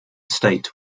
state